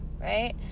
right